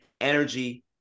energy